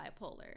bipolar